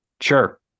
sure